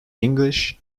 english